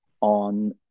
on